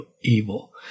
evil